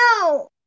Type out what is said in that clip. No